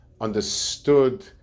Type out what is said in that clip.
understood